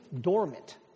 dormant